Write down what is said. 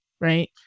right